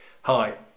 Hi